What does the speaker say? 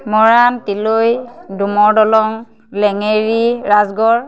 Moran Tiloi Dumar Dalang Lengeri Rajgarh